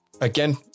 again